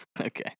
okay